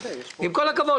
עם כל הכבוד,